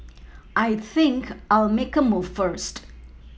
I think I'll make a move first